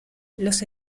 los